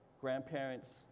Grandparents